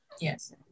Yes